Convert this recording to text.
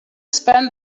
spend